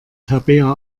tabea